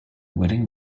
wedding